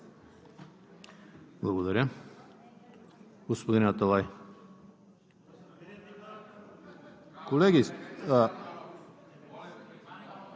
Благодаря. Господин Аталай.